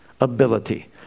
ability